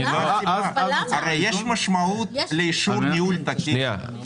אבל ש משמעות לאישור ניהול תקין.